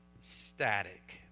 static